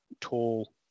tall